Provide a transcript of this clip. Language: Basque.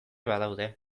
badaude